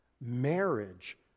marriage